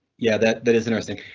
yeah. that that is interesting,